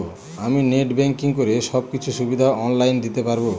আমি net banking করে সব কিছু সুবিধা অন লাইন দিতে পারবো?